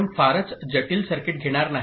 आपण फारच जटिल सर्किट घेणार नाही